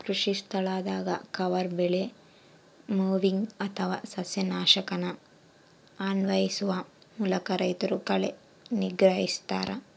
ಕೃಷಿಸ್ಥಳದಾಗ ಕವರ್ ಬೆಳೆ ಮೊವಿಂಗ್ ಅಥವಾ ಸಸ್ಯನಾಶಕನ ಅನ್ವಯಿಸುವ ಮೂಲಕ ರೈತರು ಕಳೆ ನಿಗ್ರಹಿಸ್ತರ